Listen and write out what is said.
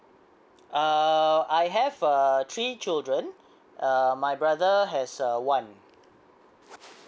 uh I have err three children err my brother has a one